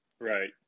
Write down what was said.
Right